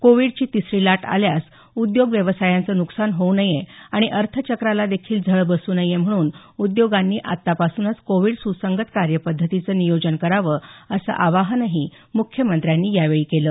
कोविडची तिसरी लाट आल्यास उद्योग व्यवसायांचं नुकसान होऊ नये आणि अर्थचक्राला देखील झळ बसू नये म्हणून उद्योगांनी आत्तापासूनच कोविड सुसंगत कार्यपद्धतीचं नियोजन करावं असं आवाहनही मुख्यमंत्र्यांनी यावेळी केलं